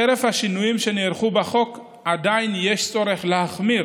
חרף השינויים שנערכו בחוק, עדיין יש צורך להחמיר